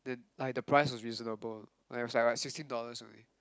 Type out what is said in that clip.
like the price was reasonable like it was like sixteen dollars only